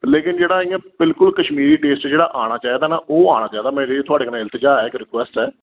लेकिन जेह्ड़ा इयां बिलकुल जेह्ड़ी कश्मीरी टेस्ट जेह्ड़ा आना चाहिदा न ओह् आना चाहिदा मेरी थुआढ़े कन्नै एह् इलतजा ऐ इक रिक्वेस्ट ऐ